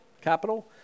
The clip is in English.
capital